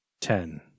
Ten